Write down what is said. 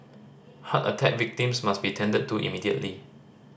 heart attack victims must be tended to immediately